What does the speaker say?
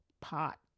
pot